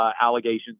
allegations